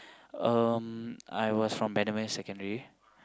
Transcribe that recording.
um I was from Bendemeer-Secondary